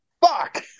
Fuck